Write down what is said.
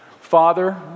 Father